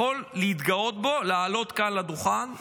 יכול להתגאות בו, לעלות כאן לדוכן ולהגיד: